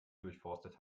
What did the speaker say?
durchforstet